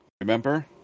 Remember